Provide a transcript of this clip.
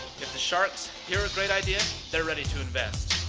if the sharks here a great idea, they're ready to invest.